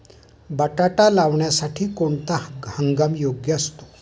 बटाटा लावण्यासाठी कोणता हंगाम योग्य असतो?